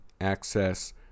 access